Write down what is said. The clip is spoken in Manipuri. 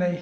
ꯂꯩ